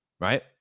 right